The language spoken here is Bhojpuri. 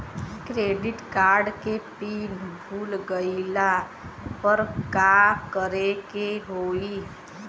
क्रेडिट कार्ड के पिन भूल गईला पर का करे के होई?